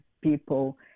people